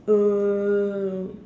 !woo!